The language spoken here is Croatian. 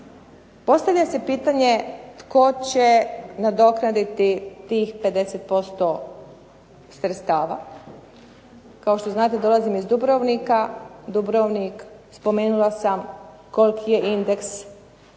Postavlja se pitanje tko će nadoknaditi tih 50% sredstava. Kao što znate dolazim iz Dubrovnika, spomenula sam koliki je indeks,